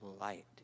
light